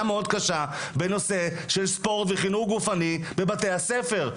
מאוד קשה בנושא של ספורט וחינוך גופני בבתי הספר,